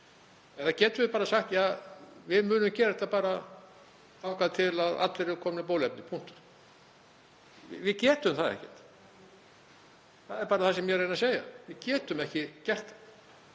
Eða getum við sagt: Ja, við munum gera þetta þangað til að allir eru komnir með bóluefni. Punktur. — Við getum það ekki. Það er bara það sem ég er að segja. Við getum ekki gert það